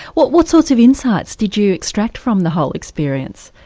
what what sorts of insights did you extract from the whole experience?